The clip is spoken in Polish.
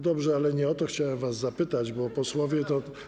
Dobrze, ale nie o to chciałem was zapytać, bo posłowie to.